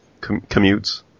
commutes